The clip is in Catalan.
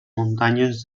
muntanyes